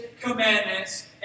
commandments